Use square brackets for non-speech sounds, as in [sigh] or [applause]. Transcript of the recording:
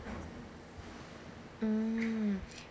mm [breath]